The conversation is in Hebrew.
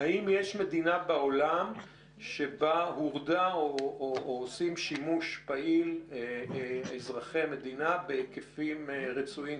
האם יש מדינה בעולם שבה עושים שימוש פעיל בהיקפים רצויים,